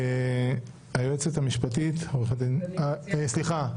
היועצת המשפטית סליחה,